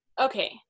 okay